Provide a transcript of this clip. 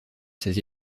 ses